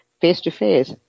face-to-face